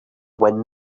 wind